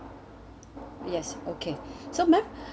yes okay so madam